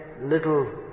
little